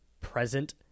present